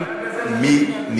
נבערים מדעת.